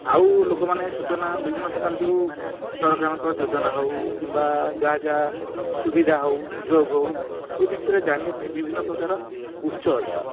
ଆଉ ଲୋକମାନେ ସୂଚନା ବିଭିନ୍ନ ପ୍ରକାର ଯେଉଁ ସରକାରଙ୍କ ଯୋଜନା ହଉ କିମ୍ବା ଯାହା ଯାହା ସୁବିଧା ହଉ ସୁଯୋଗ ହଉ ଏ ବିଷୟରେ ଜାଣିବା ପାଇଁ ବିଭିନ୍ନ ପ୍ରକାର ଉତ୍ସ ଅଛି